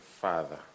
father